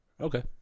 Okay